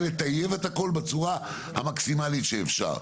לטייב את הכול בצורה המקסימלית שאפשר.